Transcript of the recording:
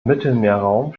mittelmeerraum